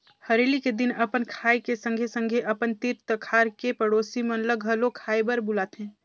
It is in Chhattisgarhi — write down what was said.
हरेली के दिन अपन खाए के संघे संघे अपन तीर तखार के पड़ोसी मन ल घलो खाए बर बुलाथें